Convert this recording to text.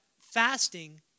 fasting